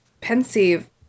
pensive